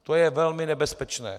To je velmi nebezpečné.